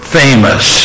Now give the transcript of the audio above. famous